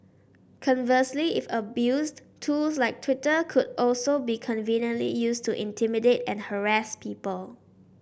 conversely if abused tools like Twitter could also be conveniently used to intimidate and harass people